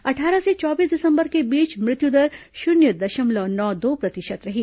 अट्ठारह से चौबीस दिसंबर के बीच मृत्युदर शून्य दशमलव नौ दो प्रतिशत रही